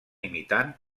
imitant